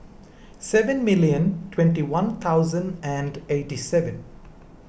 seven million twenty one thousand and eighty seven